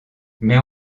mais